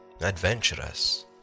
adventurous